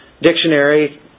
Dictionary